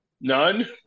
none